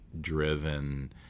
driven